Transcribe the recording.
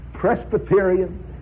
Presbyterian